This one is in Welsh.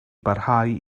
barhau